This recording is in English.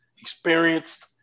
experienced –